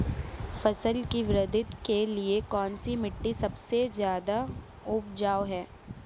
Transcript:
फसल की वृद्धि के लिए कौनसी मिट्टी सबसे ज्यादा उपजाऊ है?